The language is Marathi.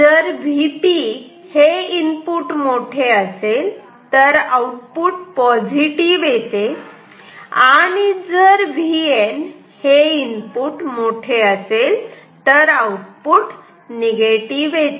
जर Vp हे इनपुट मोठे असेल तर आउटपुट पॉझिटिव्ह येते आणि जर Vn हे इनपुट मोठे असेल तर आउटपुट निगेटिव येते